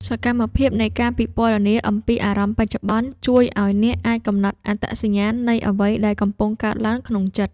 សកម្មភាពនៃការពិពណ៌នាអំពីអារម្មណ៍បច្ចុប្បន្ន ជួយឱ្យអ្នកអាចកំណត់អត្តសញ្ញាណនៃអ្វីដែលកំពុងកើតឡើងក្នុងចិត្ត។